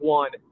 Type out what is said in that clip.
one